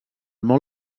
món